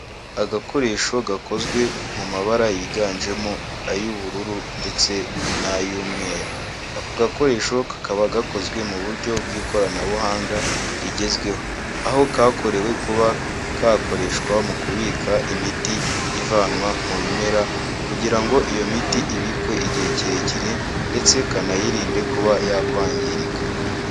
Agakoresho gakozwe mu mabara yiganjemo ay'ubururu ndetse n'ay'umweru, ako gakoresho kakaba gakozwe mu buryo bw'ikoranabuhanga rigezweho, aho kakorewe kuba kakoreshwa mu kubika imiti ivanwa mu bimera kugira ngo iyo miti ibikwe igihe kirekire ndetse kanayirinde kuba yakwangirika.